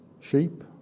sheep